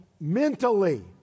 mentally